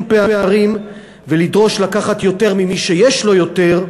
פערים ולדרוש לקחת יותר ממי שיש לו יותר,